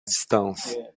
distance